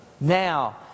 now